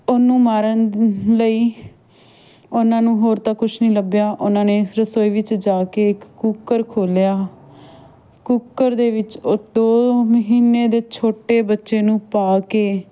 ਉਹਨੂੰ ਮਾਰਨ ਲਈ ਉਹਨਾਂ ਨੂੰ ਹੋਰ ਤਾਂ ਕੁਛ ਨਹੀਂ ਲੱਭਿਆ ਉਹਨਾਂ ਨੇ ਰਸੋਈ ਵਿੱਚ ਜਾ ਕੇ ਇੱਕ ਕੂਕਰ ਖੋਲ੍ਹਿਆ ਕੁੱਕਰ ਦੇ ਵਿੱਚ ਉਹ ਦੋ ਮਹੀਨੇ ਦੇ ਛੋਟੇ ਬੱਚੇ ਨੂੰ ਪਾ ਕੇ